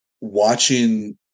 watching